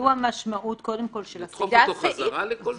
זו המשמעות קודם כול של --- האם נדחוף אותו חזרה לכל זה?